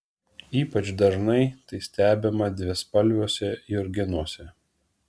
ypač dažnai tai stebima dvispalviuose jurginuose